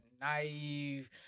naive